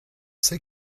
ces